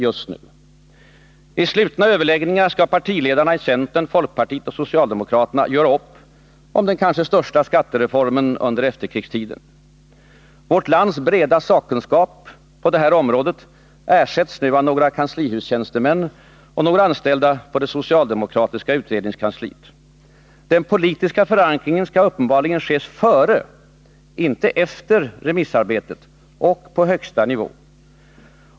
I slutna överläggningar skall partiledarna i centern, folkpartiet och socialdemokraterna göra upp om den kanske största skattereformen under efterkrigstiden. Vårt lands breda sakkunskap på detta område ersätts av några kanslihustjänstemän och anställda på det socialdemokratiska utredningskansliet. Den politiska förankringen skall uppenbarligen ske före, inte efter remissarbetet, och på högsta nivå.